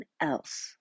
else